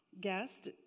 Guest